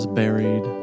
buried